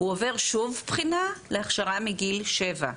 הוא עובר שוב בחינה להכשרה מגיל שבע.